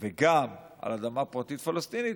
וגם על אדמה פרטית פלסטינית,